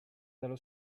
dello